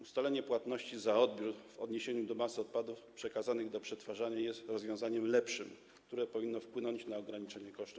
Ustalenie płatności za odbiór w odniesieniu do masy odpadów przekazanych do przetwarzania jest rozwiązaniem lepszym, które powinno w istocie wpłynąć na ograniczenie kosztów.